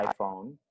iPhone